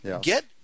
get